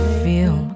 feel